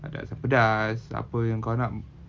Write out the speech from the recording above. ada asam pedas apa yang kau nak